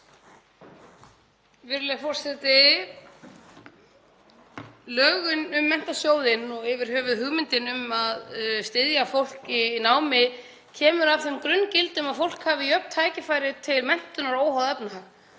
Virðulegur forseti. Lögin um Menntasjóð og yfir höfuð hugmyndin um að styðja fólk í námi kemur af þeim grunngildum að fólk hafi jöfn tækifæri til menntunar óháð efnahag.